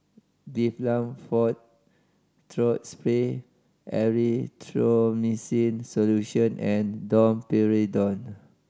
Difflam Forte Throat Spray Erythroymycin Solution and Domperidone